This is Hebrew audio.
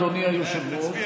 אדוני היושב-ראש,